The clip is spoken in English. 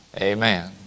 Amen